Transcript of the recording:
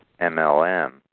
MLM